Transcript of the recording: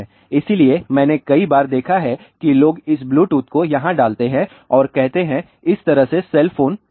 इसलिए मैंने कई बार देखा है कि लोग इस ब्लूटूथ को यहां डालते हैं और कहते हैं कि इस तरह से सेल फोन लगाएं